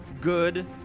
good